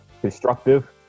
constructive